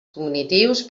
cognitius